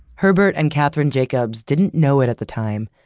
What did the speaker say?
herbert and katherine jacobs didn't know it at the time,